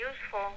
useful